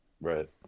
Right